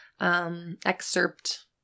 excerpt